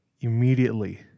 immediately